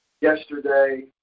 yesterday